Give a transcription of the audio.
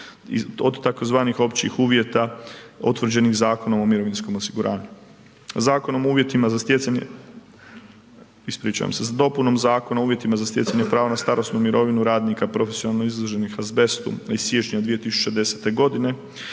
od tzv. općih uvjeta utvrđenih Zakonom o mirovinskom osiguranju. S dopunom Zakona o uvjetima za stjecanje prava na starosnu mirovinu profesionalno izloženih azbestu iz siječnja 2010. godine